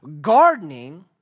Gardening